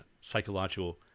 psychological